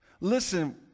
Listen